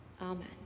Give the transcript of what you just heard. amen